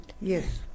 Yes